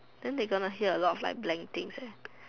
then they gonna hear a lot of like blank things eh